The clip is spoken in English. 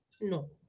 no